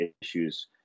issues